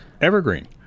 evergreen